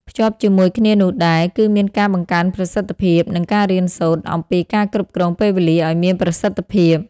ភ្ជាប់ជាមួយគ្នានោះដែរ គឺមានការបង្កើនប្រសិទ្ធភាព និងការរៀនសូត្រ អំពីការគ្រប់គ្រងពេលវេលាឱ្យមានប្រសិទ្ធភាព។